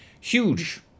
huge